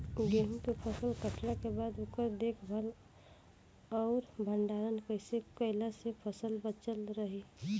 गेंहू के फसल कटला के बाद ओकर देखभाल आउर भंडारण कइसे कैला से फसल बाचल रही?